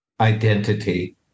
Identity